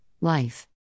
life